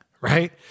right